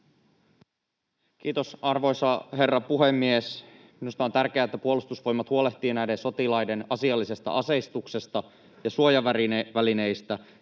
Kiitos, arvoisa herra puhemies! Minusta on tärkeää, että Puolustusvoimat huolehtii näiden sotilaiden asiallisesta aseistuksesta ja suojavälineistä,